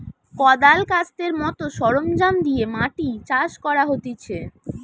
কদাল, কাস্তের মত সরঞ্জাম দিয়ে মাটি চাষ করা হতিছে